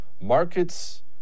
Markets